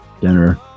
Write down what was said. dinner